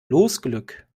losglück